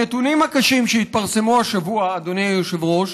הנתונים הקשים שהתפרסמו השבוע, אדוני היושב-ראש,